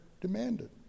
demanded